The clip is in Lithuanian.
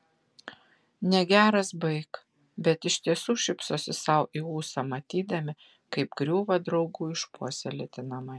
negeras baik bet iš tiesų šypsosi sau į ūsą matydami kaip griūva draugų išpuoselėti namai